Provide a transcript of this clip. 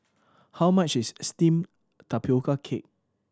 how much is steamed tapioca cake